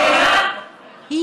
גם אנחנו נגד הצביעות.